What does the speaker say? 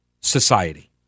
society